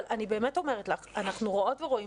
אבל אני באמת אומרת לך: אנחנו רואות ורואים